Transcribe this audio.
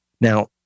Now